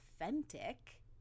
authentic